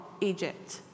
Egypt